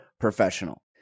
professional